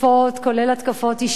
כולל התקפות אישיות,